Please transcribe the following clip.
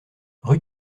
rue